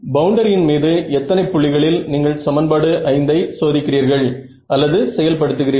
பவுண்டரியின் மீது எத்தனை புள்ளிகளில் நீங்கள் சமன்பாடு 5 ஐ சோதிக்கிறீர்கள் அல்லது செயல்படுத்துகிறீர்கள்